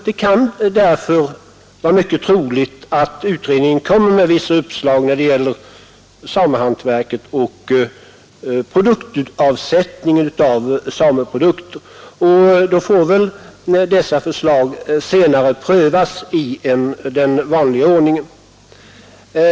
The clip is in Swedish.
Det kan därför vara mycket troligt att utredningen kommer med vissa uppslag när det gäller samehantverket och avsättningen av sameprodukter. I så fall får väl dessa förslag senare prövas i den vanliga ordningen.